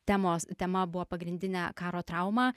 temos tema buvo pagrindinė karo trauma